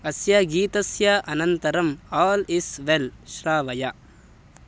अस्य गीतस्य अनन्तरम् आल् इस् वेल् श्रावय